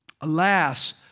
Alas